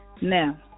Now